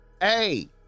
Hey